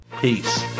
Peace